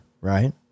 right